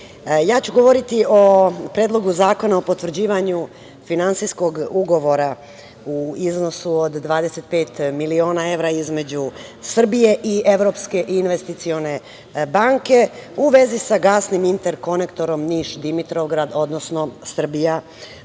Ja ću govoriti o predlogu zakona o potvrđivanju finansijskog ugovora u iznosu od 25 miliona evra između Srbije i Evropske investicione banke, u vezi sa gasnim interkonektorom Niš Dimitrovgrad, odnosno Srbija